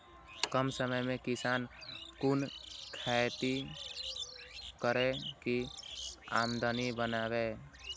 कम समय में किसान कुन खैती करै की आमदनी बढ़े?